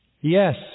Yes